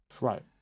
Right